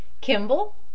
Kimball